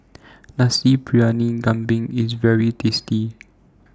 Nasi Briyani Kambing IS very tasty